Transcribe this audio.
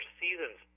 seasons